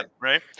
Right